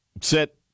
Sit